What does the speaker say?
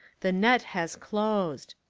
the net has closed.